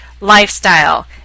lifestyle